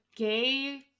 gay